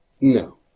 No